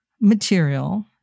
material